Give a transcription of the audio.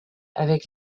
avec